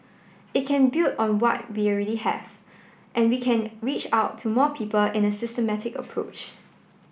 it can build on what we already have and we can reach out to more people in a systematic approach